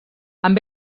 amb